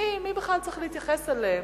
מי בכלל צריך להתייחס אליהם.